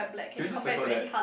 can we just circle that